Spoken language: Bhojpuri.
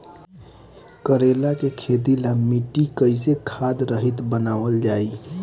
करेला के खेती ला मिट्टी कइसे खाद्य रहित बनावल जाई?